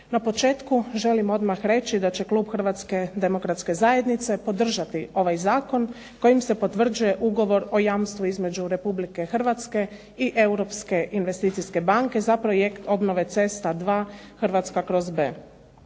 Na početku želim odmah reći da će klub Hrvatske demokratske zajednice podržati ovaj zakon kojim se potvrđuje Ugovor o jamstvu između Republike Hrvatske i Europske investicijske banke za projekt obnove cesta II Hrvatska/B.